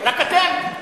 רק אתם?